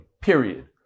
period